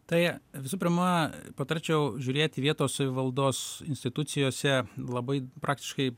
tai visų pirma patarčiau žiūrėti vietos savivaldos institucijose labai praktiškai